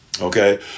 okay